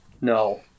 No